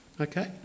Okay